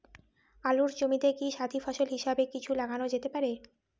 আলুর জমিতে কি সাথি ফসল হিসাবে কিছু লাগানো যেতে পারে?